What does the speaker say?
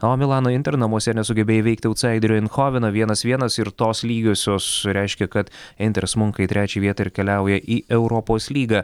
o milano inter namuose nesugebėjo įveikti autsaiderio inchovino vienas vienas ir tos lygiosios reiškė kad inter smunka į trečią vietą ir keliauja į europos lygą